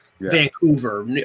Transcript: Vancouver